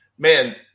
man